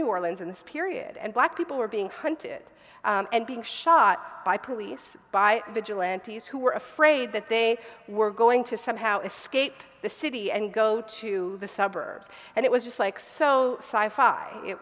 new orleans in this period and black people were being hunted and being shot by police by vigilantes who were afraid that they were going to somehow escape the city and go to the suburbs and it was just like so it